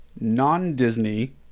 non-disney